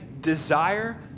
desire